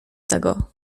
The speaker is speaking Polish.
tego